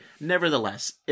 nevertheless